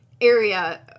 area